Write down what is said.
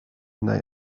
neu